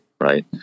right